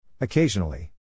Occasionally